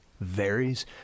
varies